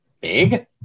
big